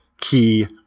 key